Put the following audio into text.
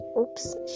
oops